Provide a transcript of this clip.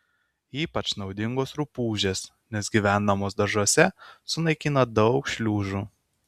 ypač naudingos rupūžės nes gyvendamos daržuose sunaikina daug šliužų